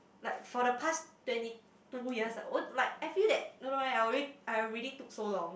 like for the past twenty two years my I feel that no no I already already took so long